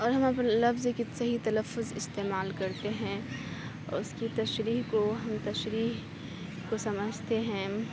اور ہم اپنے لفظ کی صحیح تلفظ استعمال کرتے ہیں اور اس کی تشریح کو ہم تشریح کو سمجھتے ہیں